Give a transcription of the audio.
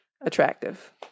attractive